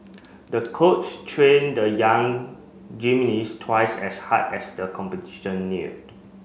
the coach trained the young gymnast twice as hard as the competition neared